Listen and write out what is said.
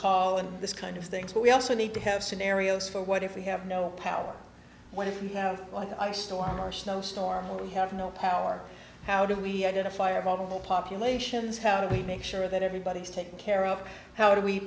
call in this kind of things but we also need to have scenarios for what if we have no power what if we have like ice storm our snowstorm we have no power how do we identify a vulnerable populations how do we make sure that everybody's taking care of how do we